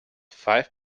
five